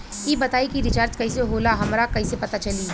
ई बताई कि रिचार्ज कइसे होला हमरा कइसे पता चली?